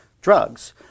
drugs